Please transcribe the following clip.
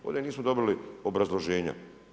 Ovdje nismo dobili obrazloženja.